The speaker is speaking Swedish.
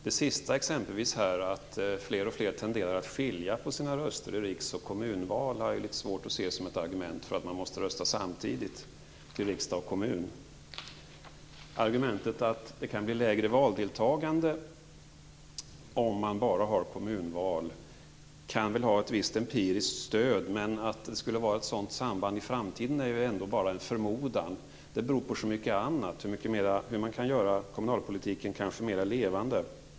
Det senaste som sades här är ju att alltfler tenderar att skilja på sina röster i riksdags och kommunalval. Det har jag litet svårt att se som ett argument för att man måste rösta samtidigt till riksdag och kommun. Argumentet att det kan bli ett lägre valdeltagande om man bara har kommunalval kan väl ha ett visst empiriskt stöd. Men att det i framtiden skulle finnas ett sådant samband är ändå bara en förmodan. Det är ju så mycket annat som spelar in - t.ex. hur man kanske kan göra kommunalpolitiken mera levande.